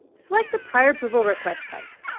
select the prior approval request type.